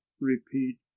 repeat